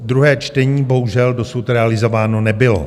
Druhé čtení bohužel dosud realizováno nebylo.